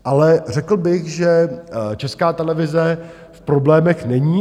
Ale řekl bych, že Česká televize v problémech není.